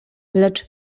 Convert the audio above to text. lecz